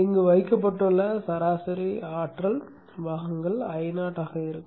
இங்கு வைக்கப்பட்டுள்ள சராசரி ஆற்றல் பாகங்கள் Io ஆக இருக்கும்